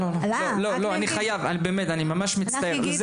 אני באמת ממש מצטער,